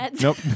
Nope